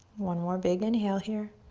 one more big inhale here.